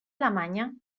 alemanya